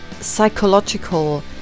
psychological